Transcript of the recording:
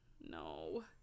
No